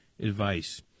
advice